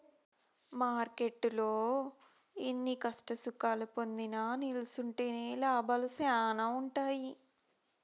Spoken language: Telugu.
మార్కెట్టులో ఎన్ని కష్టసుఖాలు పొందినా నిల్సుంటేనే లాభాలు శానా ఉంటాయి